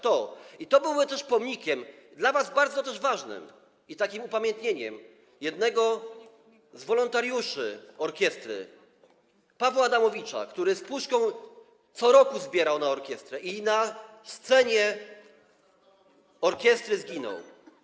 To byłoby też pomnikiem, dla was też bardzo ważnym, i takim upamiętnieniem jednego z wolontariuszy orkiestry Pawła Adamowicza, który z puszką co roku zbierał na orkiestrę i na scenie orkiestry zginął.